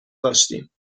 داشتیم